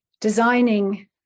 designing